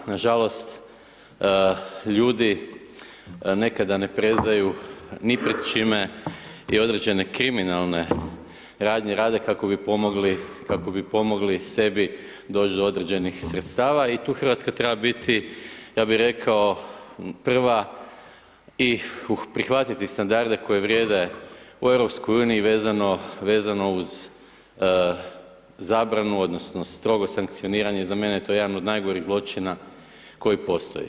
Nažalost ljudi nekada ne prezaju ni pred čime i određene kriminalne radnje rade kako bi pomogli sebi dođi do određenih sredstava i tu Hrvatska treba biti ja bi rekao prva i prihvatiti standarde koji vrijede u EU-u vezano uz zabranu odnosno strogo sankcioniranje, za mene je to jedan od najgorih zločina koji postoji.